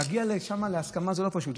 להגיע שם להסכמה זה לא פשוט.